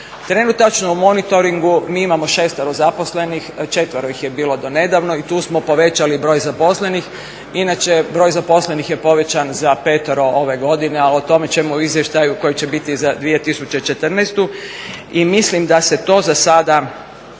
Trenutačno u monitoringu mi imamo šestero zaposlenih, četvero ih je bilo do nedavno i tu smo povećali broj zaposlenih. Inače broj zaposlenih je povećan za petero ove godine ali o tome ćemo u izvještaju koji će biti za 2014. I mislim da se to za sada